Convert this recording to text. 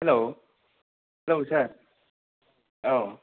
हेल' हेल' सार औ